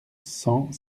cent